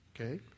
Okay